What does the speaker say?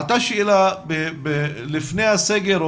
לפני הסגר,